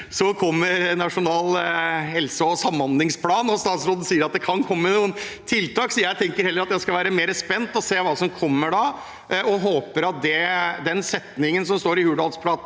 så kommer Nasjonal helse- og samhandlingsplan. Statsråden sier at det kan komme noen tiltak, så jeg tenker at jeg skal være mer spent og se hva som da kommer. Jeg håper at den setningen som står i Hurdalsplattformen,